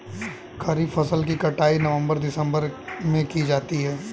खरीफ फसल की कटाई नवंबर दिसंबर में की जाती है